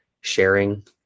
sharing